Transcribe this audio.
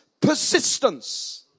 persistence